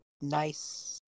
nice